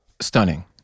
stunning